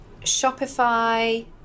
Shopify